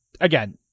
again